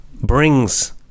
brings